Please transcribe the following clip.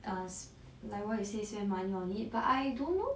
err like what you say spend money on it but I don't know